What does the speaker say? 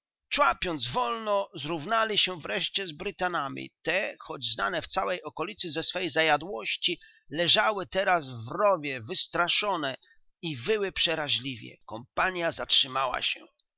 człapiąc wolno zrównali się wreszcie z brytanami te choć znane w całej okolicy ze swej zajadłości leżały teraz w rowie wystraszone i wyły przeraźliwie kompania zatrzymała się